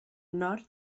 nord